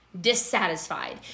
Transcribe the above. dissatisfied